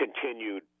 continued